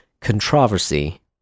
controversy